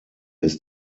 ist